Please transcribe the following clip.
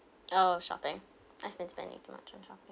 oh shopping I've been spending too much on shopping